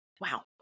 wow